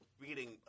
reading